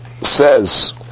says